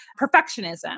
perfectionism